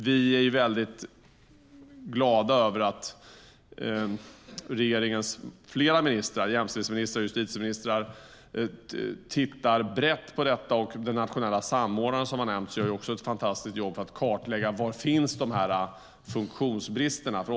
Vi är väldigt glada över att flera ministrar i regeringen - jämställdhetsministern och justitieministern - tittar brett på detta. Den nationella samordnaren som har nämnts gör också ett fantastiskt jobb för att kartlägga var de här funktionsbristerna finns.